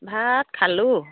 ভাত খালোঁ